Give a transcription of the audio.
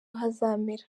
hazamera